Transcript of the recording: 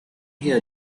here